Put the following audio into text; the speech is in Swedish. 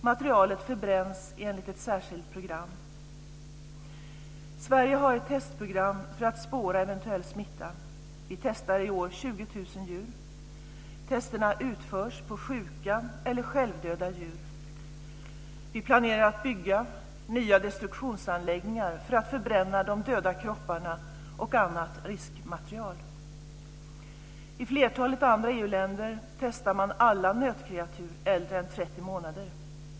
Materialet förbränns enligt ett särskilt program. Sverige har testprogram för att spåra eventuell smitta. Vi testar i år 20 000 djur. Testen utförs på sjuka eller självdöda djur. Vi planerar att bygga nya destruktionsanläggningar för att förbränna de döda kropparna och annat riskmaterial. I flertalet andra EU-länder testar man alla nötkreatur äldre än 30 månader.